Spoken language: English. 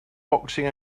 boxing